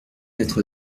maître